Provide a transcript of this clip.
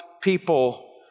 people